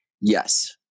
Yes